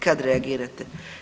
Kad reagirate?